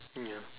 mm ya